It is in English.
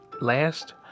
Last